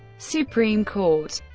supreme court